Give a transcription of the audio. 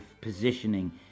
positioning